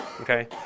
Okay